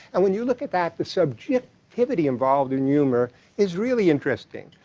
and when you look at that the subjectivity involved in humor is really interesting.